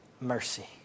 mercy